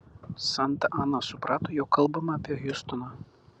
santa ana suprato jog kalbama apie hiustoną